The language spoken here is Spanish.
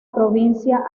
provincia